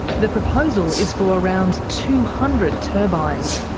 the proposal is for around two hundred turbines,